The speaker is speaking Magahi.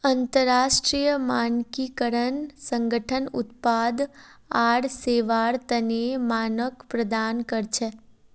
अंतरराष्ट्रीय मानकीकरण संगठन उत्पाद आर सेवार तने मानक प्रदान कर छेक